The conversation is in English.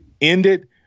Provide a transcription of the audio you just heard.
ended